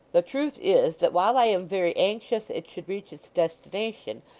the truth is, that while i am very anxious it should reach its destination,